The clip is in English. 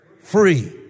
free